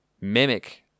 mimic